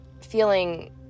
feeling